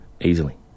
easily